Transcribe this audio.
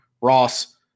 Ross